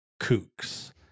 kooks